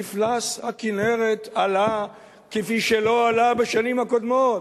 מפלס הכינרת עלה כפי שלא עלה בשנים הקודמות.